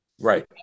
Right